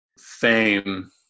fame